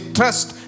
trust